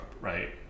right